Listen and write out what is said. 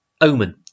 omen